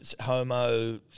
Homo